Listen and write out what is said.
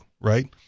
right